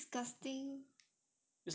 oh !ee! so disgusting